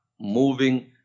moving